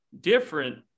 different